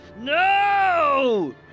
No